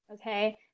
Okay